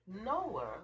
Noah